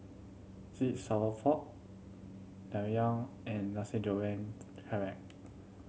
sweet sour pork Tang Yuen and Nasi Goreng Kerang